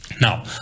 Now